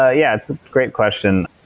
ah yeah. it's a great question.